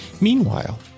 Meanwhile